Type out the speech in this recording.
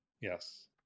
Yes